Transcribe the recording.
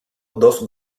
dos